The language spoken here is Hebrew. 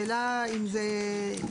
אודי,